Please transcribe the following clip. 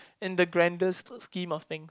in the grandest scheme of things